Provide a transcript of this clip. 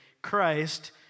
Christ